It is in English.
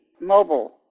mobile